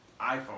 iPhone